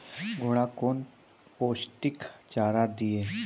घोड़ा कौन पोस्टिक चारा दिए?